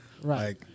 Right